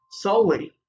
solely